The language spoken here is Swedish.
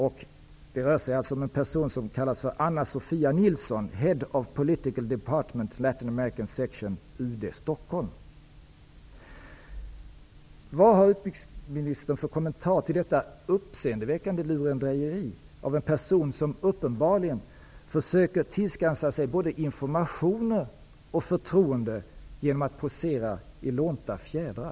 Det rör sig om en person som kallar sig Anna Sofia Latinamerican Section, UD, Stockholm. Vad har utrikesministern för kommentar till detta uppseendeväckande lurendrejeri av en person som uppenbarligen försöker tillskansa sig både informationer och förtroenden genom att posera i lånta fjädrar?